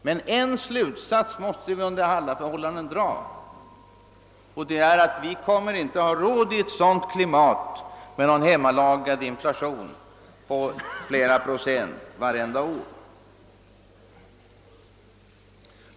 Men en slutsats måste vi under alla förhållanden dra, och det är att vi i ett sådant klimat inte kommer att ha råd med någon hemlagad inflation på flera procent varje år.